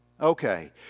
Okay